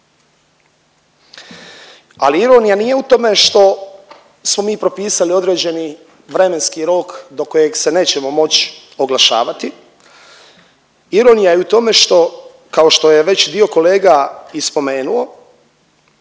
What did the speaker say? Ali ironija nije u tome što smo mi propisali određeni vremenski rok do kojeg se nećemo moći oglašavati. Ironija je u tome što, kao što je već dio kolega i spomenuo,